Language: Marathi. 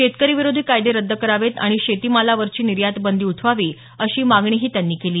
शेतकरी विरोधी कायदे रद्द करावेत आणि शेतीमालावरची निर्यात बंदी उठवावी अशीही मागणी त्यांनी केली